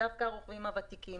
הרוכבים הוותיקים